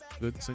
Good